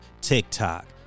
TikTok